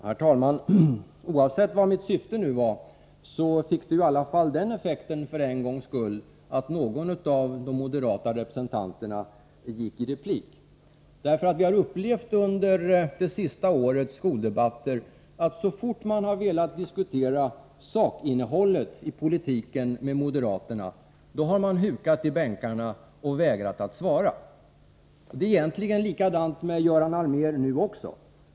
Herr talman! Oavsett vilket mitt syfte var fick mitt anförande i alla fall den effekten för en gångs skull, att någon av de moderata representanterna gick upp till replik. Under det senaste årets skoldebatter har vi nämligen erfarit att så snart vi har velat diskutera sakinnehållet i politiken med moderaterna, har de hukat i bänkarna och vägrat att svara. Egentligen gör Göran Allmér likadant nu.